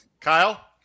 Kyle